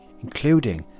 including